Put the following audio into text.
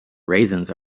raisins